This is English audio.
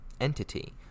entity